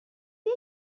بیا